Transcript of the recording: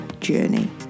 journey